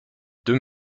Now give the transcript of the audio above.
deux